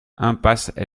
impasse